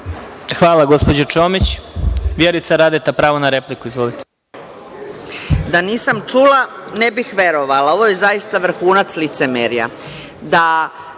Hvala, gospođo Čomić. Vjerica Radeta, pravo na repliku. Izvolite.